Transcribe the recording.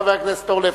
חבר הכנסת אורלב?